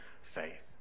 faith